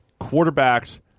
quarterbacks